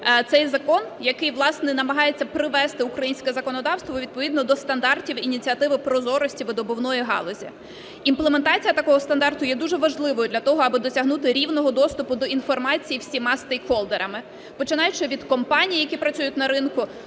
цей закон, який власне і намагається привести українське законодавство відповідно до стандартів Ініціативи прозорості видобувної галузі. Імплементація такого стандарту є дуже важливою для того, аби досягнути рівного доступу до інформації всіма стейкхолдерами, починаючи від компаній, які працюють на ринку,